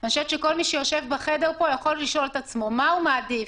אני חושבת שכל מי שיושב בחדר פה יכול לשאול את עצמו: מה הוא מעדיף?